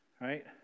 Right